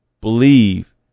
believe